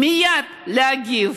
מייד להגיב.